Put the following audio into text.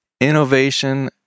innovation